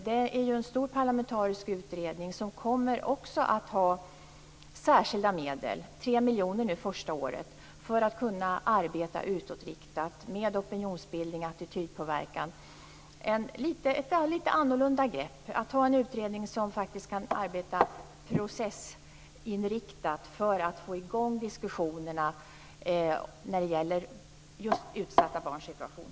Det är en stor parlamentarisk utredning som också kommer att få särskilda medel - 3 miljoner första året - för att kunna arbeta utåtriktat med opinionsbildning och attitydpåverkan. Det är ett lite annorlunda grepp. Det är en utredning som faktiskt kan arbeta processinriktat för att få i gång diskussionerna när det gäller just utsatta barns situation.